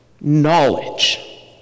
knowledge